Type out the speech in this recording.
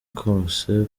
kose